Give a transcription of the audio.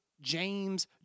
James